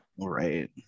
Right